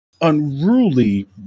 unruly